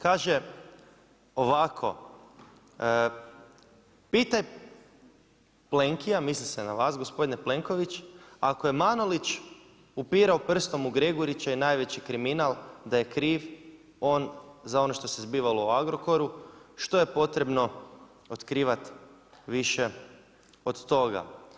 Kaže, ovako, pitaj Plenkija, misli se na vas, gospodine Plenković, ako je Manulić upirao prstom u Gregurića i najveći kriminal, da je kriv on za ono što se zbivalo u Agrokoru, što je potrebno otkrivati više od toga.